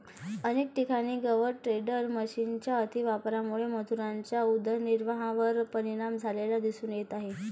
अनेक ठिकाणी गवत टेडर मशिनच्या अतिवापरामुळे मजुरांच्या उदरनिर्वाहावर परिणाम झाल्याचे दिसून येत आहे